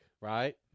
right